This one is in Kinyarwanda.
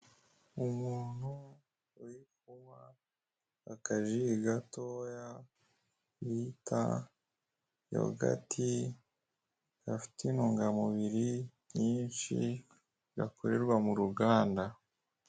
Umuntu uri kunywa akaji gatoya bita yogati, gafite intungamubiri nyinshi, gakorerwa mu ruganda.